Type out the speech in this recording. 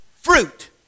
Fruit